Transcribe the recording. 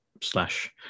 slash